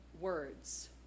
words